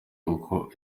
uko